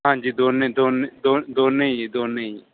ਹਾਂਜੀ ਦੋਨੇਂ ਦੋਨੇਂ ਦੋ ਦੋਨੇਂ ਜੀ ਦੋਨੇਂ ਜੀ